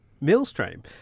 Millstream